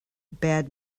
bad